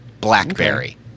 blackberry